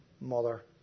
mother